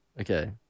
Okay